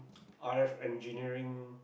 R_F engineering